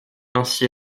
ainsi